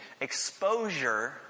exposure